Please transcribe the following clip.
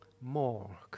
more